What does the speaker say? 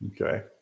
okay